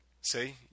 See